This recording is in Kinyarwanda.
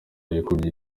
yikubye